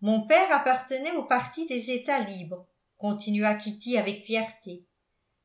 mon père appartenait au parti des etats libres continua kitty avec fierté